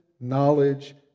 knowledge